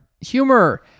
humor